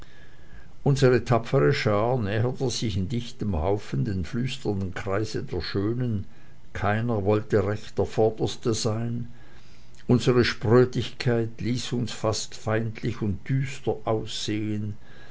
unsere tapfere schar näherte sich in dichtem haufen dem flüsternden kreise der schönen keiner wollte recht der vorderste sein unsere sprödigkeit ließ uns fast feindlich und düster aussehen